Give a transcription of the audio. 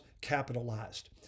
capitalized